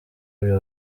uyu